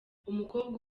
umukobwa